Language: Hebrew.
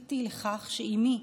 זכיתי לכך שאימי,